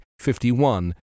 51